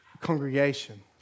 congregation